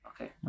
Okay